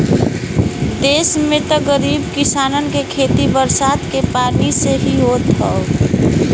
देस में त गरीब किसानन के खेती बरसात के पानी से ही होत हौ